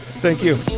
thank you.